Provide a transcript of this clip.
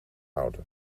houden